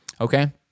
Okay